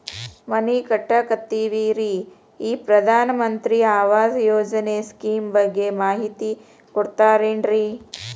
ಮನಿ ಕಟ್ಟಕತೇವಿ ರಿ ಈ ಪ್ರಧಾನ ಮಂತ್ರಿ ಆವಾಸ್ ಯೋಜನೆ ಸ್ಕೇಮ್ ಬಗ್ಗೆ ಮಾಹಿತಿ ಕೊಡ್ತೇರೆನ್ರಿ?